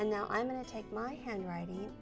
and now i'm going to take my hand writing